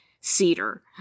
cedar